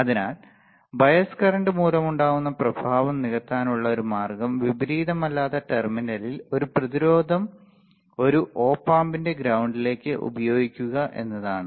അതിനാൽ bias current മൂലമുണ്ടാകുന്ന പ്രഭാവം നികത്താനുള്ള ഒരു മാർഗ്ഗം വിപരീതമല്ലാത്ത ടെർമിനലിലെ ഒരു പ്രതിരോധം ഒരു ഒപ് ആമ്പിന്റെ ഗ്രൌണ്ടിലേക്ക് ഉപയോഗിക്കുക എന്നതാണ്